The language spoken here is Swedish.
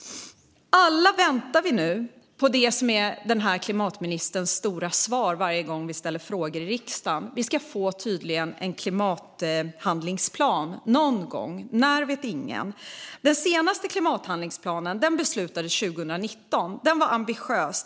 Alla väntar vi nu på det som är klimatministerns stora svar varje gång vi ställer frågor i riksdagen: Vi ska tydligen få en klimathandlingsplan - någon gång; när vet ingen. Den senaste klimathandlingsplanen beslutades 2019. Den var ambitiös.